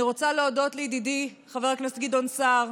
אני רוצה להודות לידידי חבר הכנסת גדעון סער.